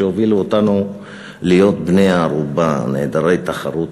שהובילו אותנו להיות בני-ערובה נעדרי תחרות